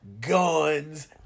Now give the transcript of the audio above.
guns